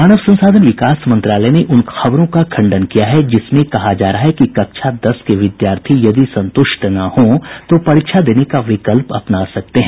मानव संसाधन विकास मंत्रालय ने उन खबरों का खंडन किया है कि जिसमें कहा जा रहा है कि कक्षा दस के विद्यार्थी यदि संतुष्ट न हों तो परीक्षा देने का विकल्प अपना सकते हैं